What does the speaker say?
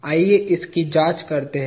आइए इसकी जांच करते हैं